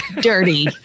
dirty